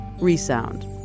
Resound